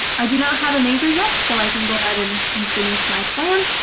i do not have a major yet so i can go ahead and and finish my plan.